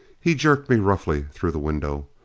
he jerked me roughly through the window.